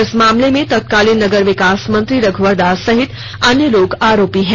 इस मामले में तत्कालीन नगर विकास मंत्री रघुवर दास सहित अन्य लोग आरोपी हैं